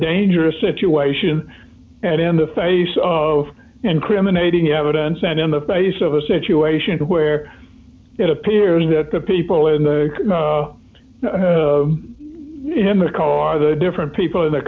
dangerous situation and in the face of incriminating evidence and in the face of a situation where it appears that the people in the car the different people in the